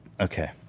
Okay